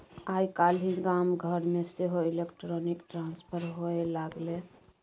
आय काल्हि गाम घरमे सेहो इलेक्ट्रॉनिक ट्रांसफर होए लागलै